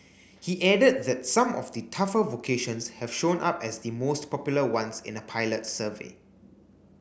he added that some of the tougher vocations have shown up as the most popular ones in a pilot survey